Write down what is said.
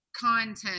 content